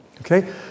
Okay